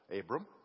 Abram